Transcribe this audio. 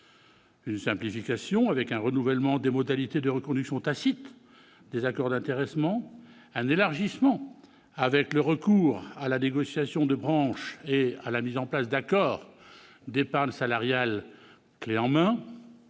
une simplification, avec un renouvellement des modalités de reconduction tacite des accords d'intéressement ; un élargissement, avec le recours à la négociation de branche et la mise en place d'accords d'épargne salariale « clés en main